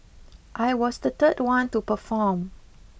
I was the third one to perform